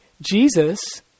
Jesus